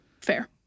fair